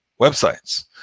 websites